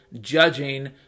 judging